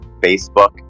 Facebook